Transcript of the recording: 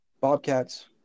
bobcats